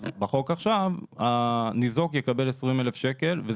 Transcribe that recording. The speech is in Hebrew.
בחוק עכשיו הניזוק יקבל 20 אלף שקלים.